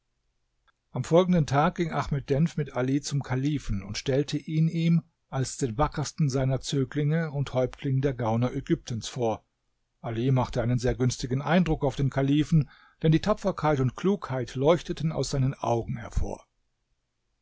am folgenden tag ging ahmed denf mit ali zum kalifen und stellte ihn ihm als den wackersten seiner zöglinge und häuptling der gauner ägyptens vor ali machte einen sehr günstigen eindruck auf den kalifen denn die tapferkeit und klugheit leuchteten aus seinen augen hervor